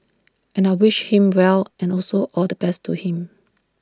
and I wished him well and also all the best to him